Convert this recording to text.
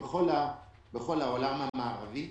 בכל העולם המערבי.